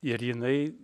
ir jinai